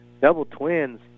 double-twins